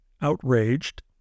outraged